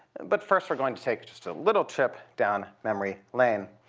but first, we're going to take just a little trip down memory lane.